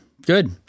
good